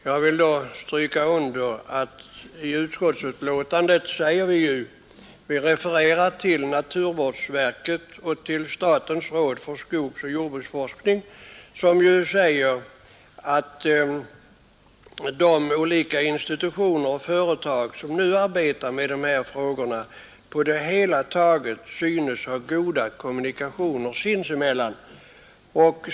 Jag vill då understryka att vi i utskottsbetänkandet refererar till naturvårdsverket och till statens råd för skogsoch jordbruksforskning, som säger att de olika institutioner och företag som nu arbetar med de här frågorna på det hela taget synes ha goda kommunikationer sinsemellan.